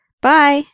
Bye